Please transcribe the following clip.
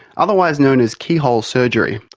otherwise known as keyhole surgery.